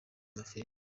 amafilime